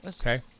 Okay